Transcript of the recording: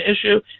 issue